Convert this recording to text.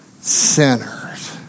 sinners